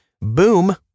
Boom